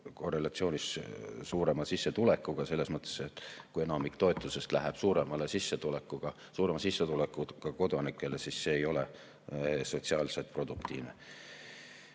korrelatsioonis suurema sissetulekuga selles mõttes, et kui enamik toetusest läheb suurema sissetulekuga kodanikele, siis see ei ole sotsiaalselt produktiivne.